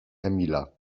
emila